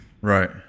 right